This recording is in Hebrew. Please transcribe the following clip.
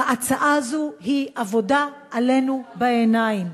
ההצעה הזאת היא עבודה עלינו בעיניים,